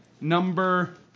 number